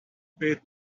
peak